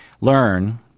learn